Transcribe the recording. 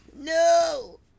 No